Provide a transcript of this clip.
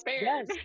Yes